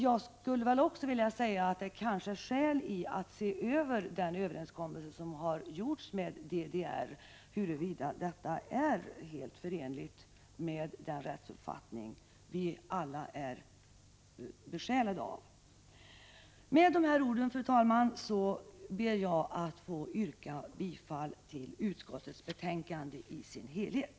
Jag vill också säga att det kanske finns skäl att se över om den överenskommelse som träffats med DDR är förenlig med den rättsuppfattning som vi alla är besjälade av. Med de här orden ber jag att få yrka bifall till utskottets hemställan i dess helhet.